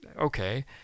okay